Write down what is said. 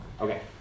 Okay